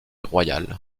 royale